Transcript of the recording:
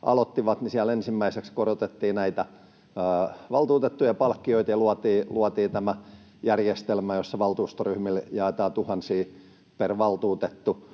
aloittivat, niin siellä ensimmäiseksi korotettiin näitä valtuutettujen palkkioita ja luotiin tämä järjestelmä, jossa valtuustoryhmille jaetaan tuhansia per valtuutettu.